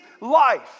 life